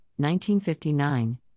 1959